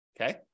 Okay